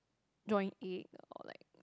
joint ache or like